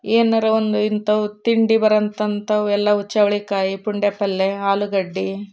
ಏನಾರೂ ಒಂದು ಇಂಥವು ತಿಂಡಿ ಬರುವಂಥಂಥವು ಎಲ್ಲವು ಚವಳಿಕಾಯಿ ಪುಂಡಿ ಪಲ್ಲೆ ಆಲೂಗಡ್ಡೆ